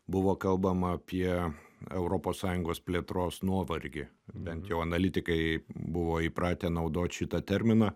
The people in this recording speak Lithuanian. buvo kalbama apie europos sąjungos plėtros nuovargį bent jau analitikai buvo įpratę naudot šitą terminą